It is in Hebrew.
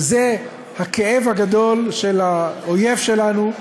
וזה הכאב הגדול של האויב שלנו,